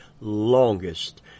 longest